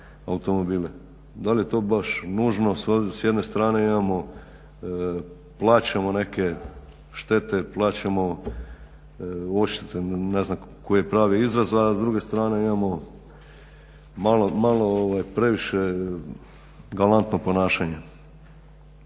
Da li je to baš nužno? S jedne strane plaćamo neke štete, plaćamo odštete ne znam koji je pravi izraz, a s druge strane imamo malo previše galantno ponašanje.